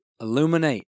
illuminate